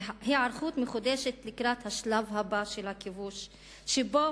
היערכות מחודשת לקראת השלב הבא של הכיבוש שבו